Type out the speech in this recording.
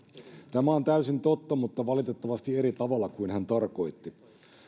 tämä on täysin totta mutta valitettavasti eri tavalla kuin hän tarkoitti